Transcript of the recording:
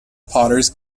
potters